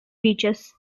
beaches